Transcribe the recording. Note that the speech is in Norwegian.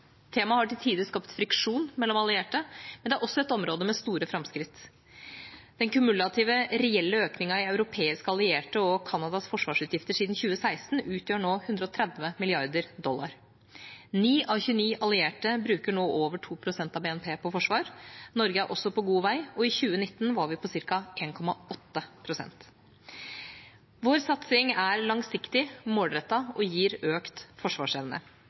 Temaet har til tider skapt friksjon mellom allierte, men det er også et område med store framskritt. Den kumulative reelle økningen i europeiske allierte og Canadas forsvarsutgifter siden 2016 utgjør nå 130 mrd. dollar. 9 av 29 allierte bruker nå over 2 pst. av BNP på forsvar. Norge er også på god vei, og i 2019 var vi på ca. 1,8 pst. Vår satsing er langsiktig, målrettet og gir økt forsvarsevne.